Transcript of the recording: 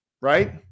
right